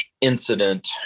incident